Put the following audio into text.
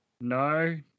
No